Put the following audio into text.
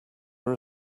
were